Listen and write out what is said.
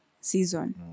season